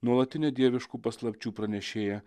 nuolatinė dieviškų paslapčių pranešėja